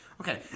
Okay